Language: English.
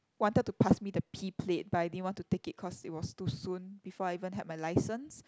wanted to pass me the P plate but I didn't want to take it cause it was too soon before I even had my license